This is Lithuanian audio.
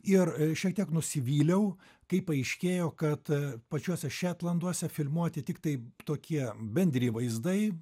ir šiek tiek nusivyliau kai paaiškėjo kad pačiose šetlanduose filmuoti tiktai tokie bendri vaizdai